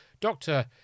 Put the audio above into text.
Doctor